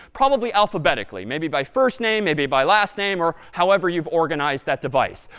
probably alphabetically. maybe by first name, maybe by last name, or however you've organized that device.